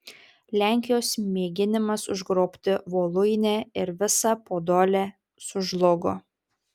lenkijos mėginimas užgrobti voluinę ir visą podolę sužlugo